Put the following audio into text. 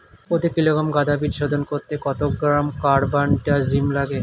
প্রতি কিলোগ্রাম গাঁদা বীজ শোধন করতে কত গ্রাম কারবানডাজিম লাগে?